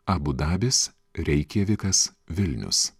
abu dabis reikjavikas vilnius